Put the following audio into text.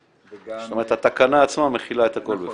וגם --- זאת אומרת התקנה עצמה מכילה את הכול בפנים.